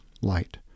light